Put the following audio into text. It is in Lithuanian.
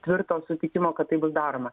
tvirto sutikimo kad tai bus daroma